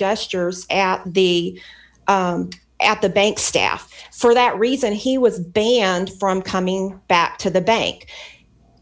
gestures at the at the bank staff for that reason he was banned from coming back to the bank